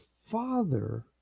Father